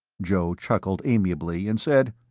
joe chuckled amiably and said,